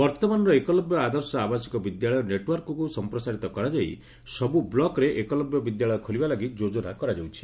ବର୍ତମାନର ଏକଲବ୍ୟ ଆଦର୍ଶ ଆବାସିକ ବିଦ୍ୟାଳୟ ନେଟଓ୍ୱାର୍କକୁ ସଂପ୍ରସାରିତ କରାଯାଇ ସବୁ ବ୍ଲକରେ ଏକଲବ୍ୟ ବିଦ୍ୟାଳୟ ଖୋଲିବା ଲାଗି ଯୋଜନା କରାଯାଉଛି